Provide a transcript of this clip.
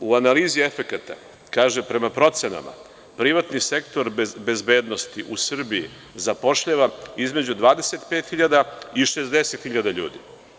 U analizi efekata, kaže, prema procenama privatni sektor bezbednosti u Srbiji zapošljava između 25 hiljada i 60 hiljada ljudi.